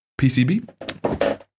PCB